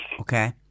Okay